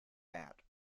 bad